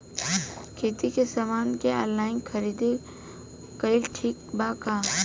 खेती के समान के ऑनलाइन खरीदारी कइल ठीक बा का?